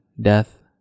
death